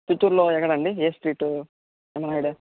చిత్తూరులో ఎక్కడండి ఏ స్ట్రీట్ ఏమన్న ఐడియా